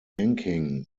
banking